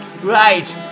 Right